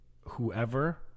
Whoever